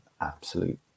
absolute